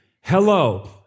hello